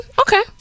okay